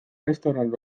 restoran